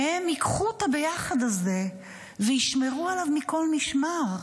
שהם ייקחו את הביחד הזה וישמרו עליו מכל משמר.